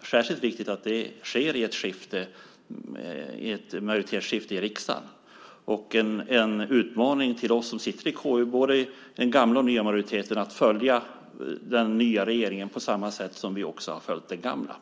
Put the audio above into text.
är särskilt viktigt att det sker vid ett majoritetsskifte i riksdagen. Det en utmaning för oss som sitter i KU, både den gamla och den nya majoriteten, att följa den nya regeringen på samma sätt som vi har följt den gamla.